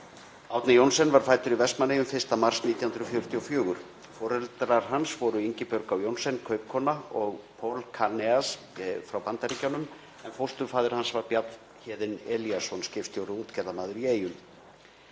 Árni Johnsen var fæddur í Vestmannaeyjum 1. mars 1944. Foreldrar hans voru Ingibjörg Á. Johnsen kaupkona og Poul Kanélas frá Bandaríkjunum, en fósturfaðir hans var Bjarnhéðinn Elíasson, skipstjóri og útgerðarmaður í Eyjum.